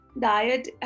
diet